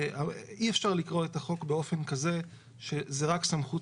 אי אפשר לקרוא את החוק באופן כזה שזה רק סמכות